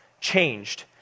changed